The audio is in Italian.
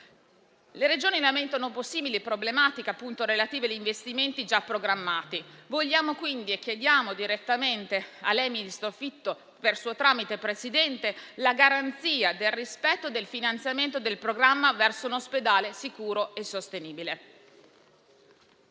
Le Regioni lamentano possibili problematiche relative agli investimenti già programmati. Vogliamo e chiediamo quindi, direttamente al ministro Fitto per suo tramite, signor Presidente, la garanzia del rispetto del finanziamento del programma «Verso un ospedale sicuro e sostenibile».